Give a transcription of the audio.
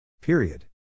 Period